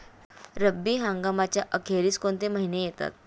रब्बी हंगामाच्या अखेरीस कोणते महिने येतात?